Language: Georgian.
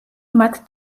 მათ